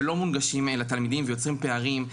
שלא מונגשים לתלמידים ויוצרים פערים,